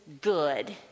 good